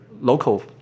local